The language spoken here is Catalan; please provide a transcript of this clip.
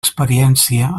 experiència